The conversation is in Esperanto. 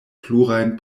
plurajn